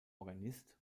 organist